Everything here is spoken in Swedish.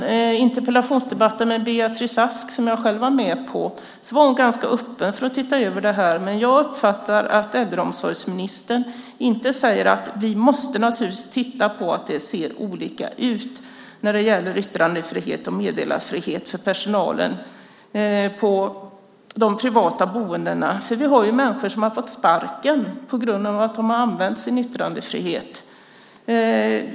I interpellationsdebatten med Beatrice Ask, som jag själv var med i, var hon ganska öppen för att titta över detta, men jag uppfattar att äldreomsorgsministern inte säger att vi måste titta på att det ser olika ut när det gäller yttrandefrihet och meddelarfrihet för personalen på de privata boendena. Det finns människor som har fått sparken på grund av att de har använt sin yttrandefrihet.